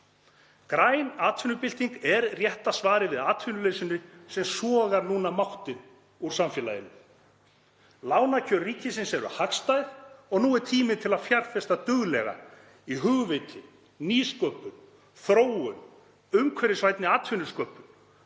Græn atvinnubyltingu er rétta svarið við atvinnuleysinu sem sogar núna máttinn úr samfélaginu. Lánakjör ríkisins eru hagstæð og nú er tími til að fjárfesta duglega í hugviti, nýsköpun, þróun, umhverfisvænni atvinnusköpun,